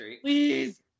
Please